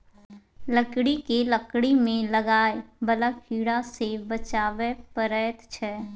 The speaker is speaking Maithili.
लकड़ी केँ लकड़ी मे लागय बला कीड़ा सँ बचाबय परैत छै